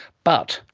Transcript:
but,